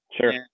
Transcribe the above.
sure